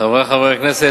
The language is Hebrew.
חברי חברי הכנסת,